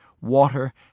water